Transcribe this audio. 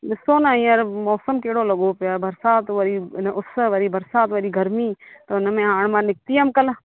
ॾिसो न हींअर मौसम कहिड़ो लॻो पयो आहे बरिसातु वरी इन उस वरी बरिसातु वरी गरमी त उनमें हाणे मां निकती हुयमि कल्हि